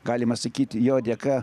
galima sakyti jo dėka